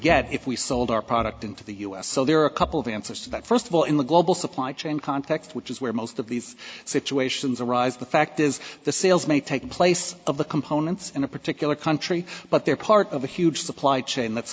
get if we sold our product into the u s so there are a couple of answers to that first of all in the global supply chain context which is where most of these situations arise the fact is the sales may take place of the components in a particular country but they're part of a huge supply chain that's